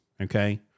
okay